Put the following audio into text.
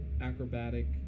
acrobatic